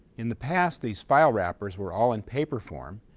in the past, these file wrappers were all in paper form,